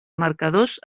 marcadors